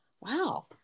wow